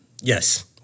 Yes